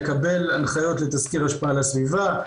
לקבל הנחיות לתסקיר השפעה על הסביבה,